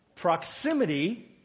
Proximity